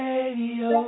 Radio